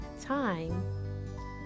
time